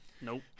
Nope